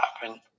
happen